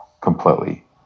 completely